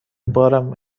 بارم